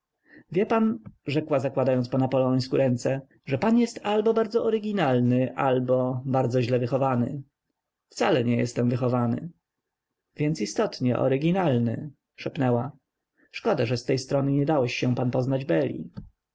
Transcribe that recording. wie pan rzekła zakładając po napoleońsku ręce że pan jest albo bardzo oryginalny albo bardzo źle wychowany wcale nie jestem wychowany więc istotnie oryginalny szepnęła szkoda że z tej strony nie dałeś się pan poznać